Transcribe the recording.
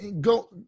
Go